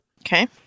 Okay